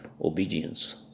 obedience